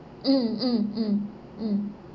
mm mm mm mm